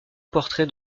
portraits